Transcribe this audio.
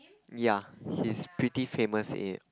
ya he's pretty famous in